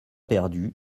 perdus